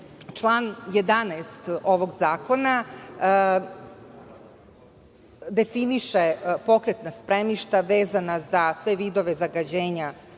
član 11. ovog zakona definiše pokretna spremišta vezana za sve vidove zagađenja